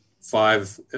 five